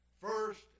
First